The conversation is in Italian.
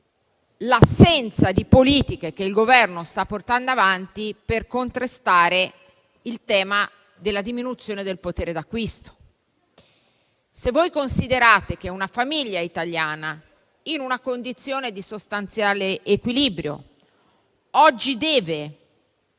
l'assenza di politiche che il Governo sta portando avanti per contrastare il tema della diminuzione del potere d'acquisto. Considerate che una famiglia italiana, in una situazione di sostanziale equilibrio, oggi deve